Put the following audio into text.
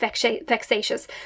vexatious